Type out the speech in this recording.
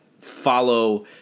follow